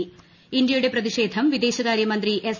്ഇന്ത്യയുടെ പ്രതിഷേധം വിദേശ കാര്യ മന്ത്രി എസ്